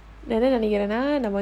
என்னநினைக்குறேன்:enna nenaikuren